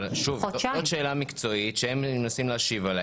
אבל זאת שאלה מקצועית שהם מנסים להשיב עליה.